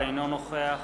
אינו נוכח